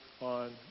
on